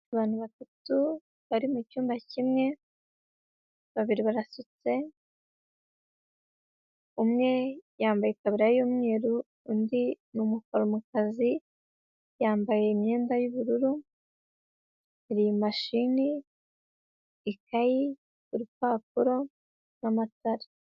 Abantu batatu bari mu cyumba kimwe babiri barasutse umwe yambaye itaburiya y'umweru, undi ni umuforomokazi yambaye imyenda y'ubururu, hari mashini, ikayi, urupapuro n'amatara.